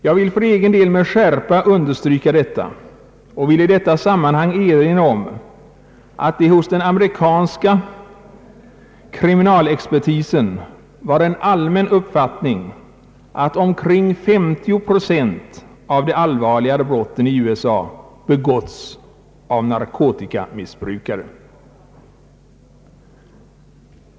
Jag vill för egen del med skärpa understryka detta och vill i sammanhanget erinra om att det hos den amerikanska kriminalexpertisen är en allmän uppfattning att omkring 50 procent av de allvarligare brotten i USA har begåtts av narkotikamissbrukare.